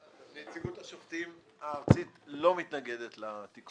נציגות השופטים הארצית לא מתנגדת לתיקון.